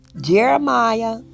Jeremiah